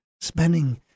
spending